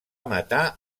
matar